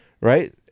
right